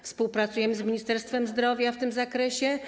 Współpracujemy z Ministerstwem Zdrowia w tym zakresie.